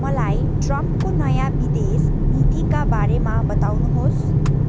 मलाई ट्रम्पको नयाँ विदेश नीतिका बारेमा बताउनुहोस्